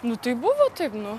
nu tai buvo taip nu